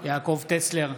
יעקב טסלר,